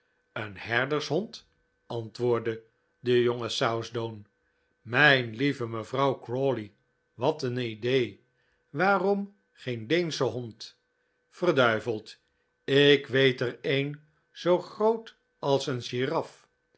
een herdershond antwoordde de jonge southdown mijn lieve mevrouw crawley wat een idee waarom geen deensche hond verduiveld ik weet er een zoo groot als een giraffe